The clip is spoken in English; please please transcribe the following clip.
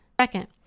Second